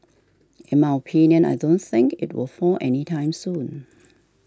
in my opinion I don't think it will fall any time soon